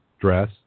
dress